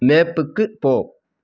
மேப்புக்கு போ